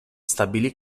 stabilì